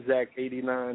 Zach89